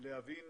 להבין